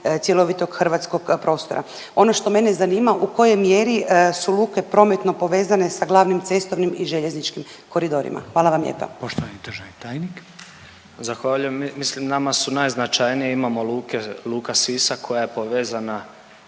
cjelovitog hrvatskog prostora. Ono što mene zanima u kojoj mjeri su luke prometno povezane sa glavnim cestovnim i željezničkim koridorima? Hvala vam lijepa.